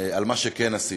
על מה שכן עשיתם,